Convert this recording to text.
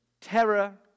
terror